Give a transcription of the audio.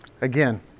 Again